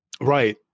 Right